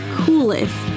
coolest